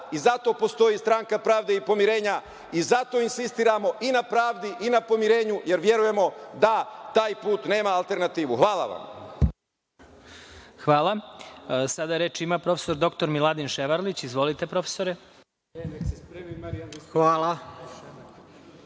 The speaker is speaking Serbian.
i zato postoji Stranka pravde i pomirenja i zato insistiramo i na pravdi i na pomirenju, jer verujemo da taj put nema alternativu. Hvala vam. **Veroljub Arsić** Hvala. Reč ima prof. dr Miladin Ševarlić. Izvolite, profesore.